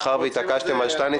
מאחר והתעקשתם על שטייניץ,